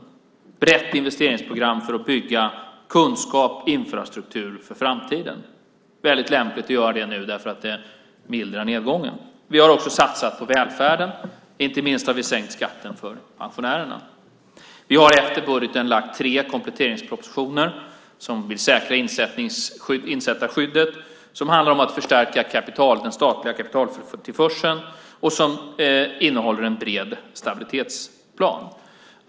Det är ett brett investeringsprogram för att bygga kunskap och infrastruktur för framtiden. Det är väldigt lämpligt att göra det nu därför att det mildrar nedgången. Vi har också satsat på välfärden, och inte minst har vi sänkt skatten för pensionärerna. Vi har efter budgeten lagt fram tre kompletteringspropositioner om att säkra insättarskyddet som handlar om att förstärka den statliga kapitaltillförseln och som innehåller en bred stabilitetsplan.